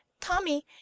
tommy